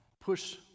push